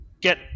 get